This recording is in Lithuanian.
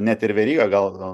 net ir veryga gal